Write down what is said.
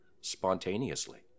spontaneously